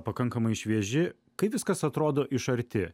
pakankamai švieži kai viskas atrodo iš arti